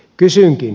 kysynkin